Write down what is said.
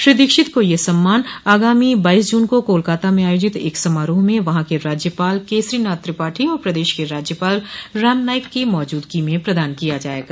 श्री दीक्षित को यह सम्मान आगामी बाईस जून को कोलकाता में आयोजित एक समारोह में वहां के राज्यपाल केसरी नाथ त्रिपाठी और प्रदेश के राज्यपाल राम नाईक की मौजूदगी में प्रदान किया जायेगा